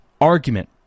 argument